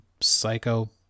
psycho